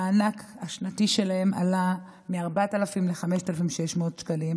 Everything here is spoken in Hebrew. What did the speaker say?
המענק השנתי שלהם עלה מ-4,000 ל-5,600 שקלים.